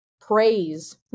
praise